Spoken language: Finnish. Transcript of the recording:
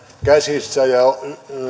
käsissä ja